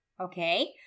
Okay